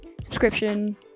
subscription